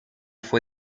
fue